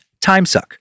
timesuck